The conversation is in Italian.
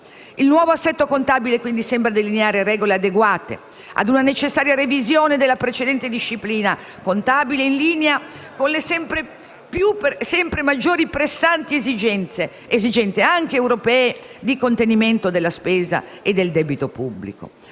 Il nuovo assetto contabile, quindi, sembra delineare regole adeguate a una necessaria revisione della precedente disciplina contabile in linea con le sempre maggiori pressanti esigenze, anche europee, di contenimento della spesa e del debito pubblico.